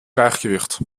gleichgewicht